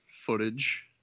footage